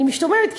אני משתוממת,